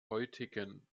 heutigen